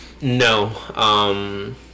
No